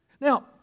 Now